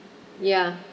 ya